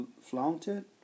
flaunted